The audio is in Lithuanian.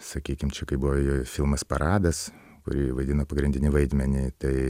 sakykim čia kai buvo filmas paradas kur ji vaidino pagrindinį vaidmenį tai